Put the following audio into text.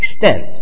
extent